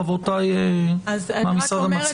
חברותיי מהמשרד המציע,